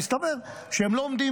מסתבר שהם לא עומדים